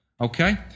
Okay